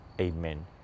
amen